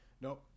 No